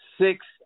six